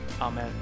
Amen